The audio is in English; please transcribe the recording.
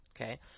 okay